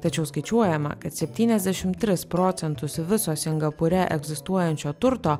tačiau skaičiuojama kad septyniasdešimt tris procentus viso singapūre egzistuojančio turto